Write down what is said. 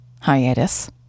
hiatus